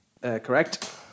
Correct